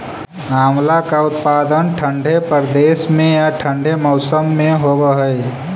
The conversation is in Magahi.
आंवला का उत्पादन ठंडे प्रदेश में या ठंडे मौसम में होव हई